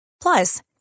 Plus